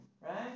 right